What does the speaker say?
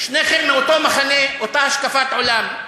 שניכם מאותו מחנה, אותה השקפת עולם,